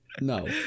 no